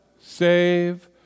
save